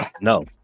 no